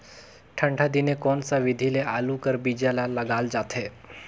ठंडा दिने कोन सा विधि ले आलू कर बीजा ल लगाल जाथे?